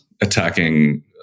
attacking